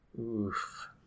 Oof